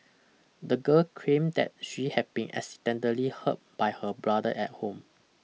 the girl claimed that she had been accidentally hurt by her brother at home